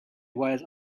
was